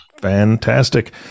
Fantastic